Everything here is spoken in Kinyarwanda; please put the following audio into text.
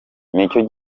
nicyo